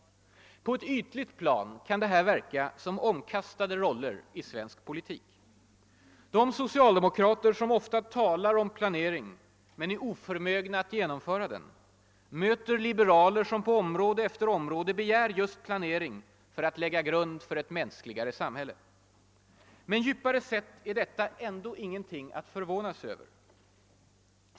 På ett ytligt plan kan detta verka som omkastade roller i svensk politik. De socialdemokrater som ofta talar om planering men är oförmögna att genomföra den möter liberaler som på område efter område begär just planering för att lägga grunden för ett mänskligare samhälle. Men djupare sett är detta ändå ingenting att förvåna sig över.